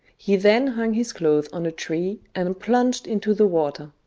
he then hung his clothes on a tree and plunged into the water,